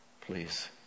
Please